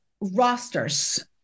rosters